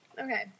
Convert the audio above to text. Okay